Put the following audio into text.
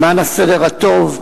למען הסדר הטוב,